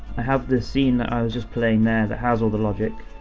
i have this scene that i was just playing there that has all the logic.